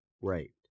raped